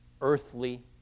earthly